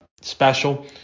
special